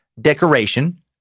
decoration